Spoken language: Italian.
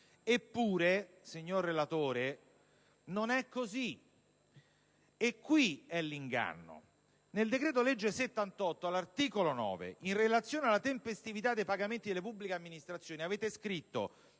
Eppure, signor relatore, non è così: qui è l'inganno! Nel decreto-legge 1° luglio 2009, n. 78, all'articolo 9, in relazione alla «tempestività dei pagamenti delle pubbliche amministrazioni», avete previsto